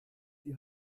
die